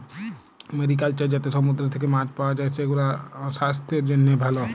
mariculture যাতে সমুদ্র থেক্যে মাছ পাওয়া যায়, সেগুলাসাস্থের জন্হে ভালো